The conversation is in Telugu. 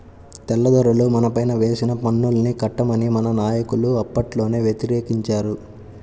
తెల్లదొరలు మనపైన వేసిన పన్నుల్ని కట్టమని మన నాయకులు అప్పట్లోనే వ్యతిరేకించారు